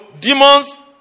demons